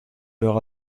leur